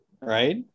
right